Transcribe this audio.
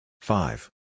Five